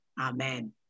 Amen